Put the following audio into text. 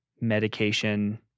medication